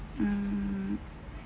mm